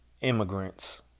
immigrants